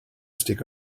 stick